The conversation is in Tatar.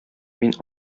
мин